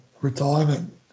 retirement